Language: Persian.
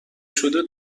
شده